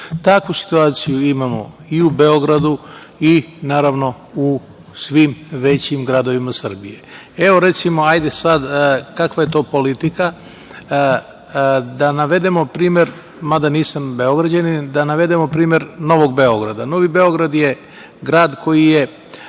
Takvu situaciju imamo i u Beogradu i naravno u svim većim gradovima Srbije. Evo, recimo, kakva je to politika, da navedemo primer, mada nisam Beograđanin, da navedemo primer Novog Beograda. Novi Beograd je grad koji je